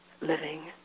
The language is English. living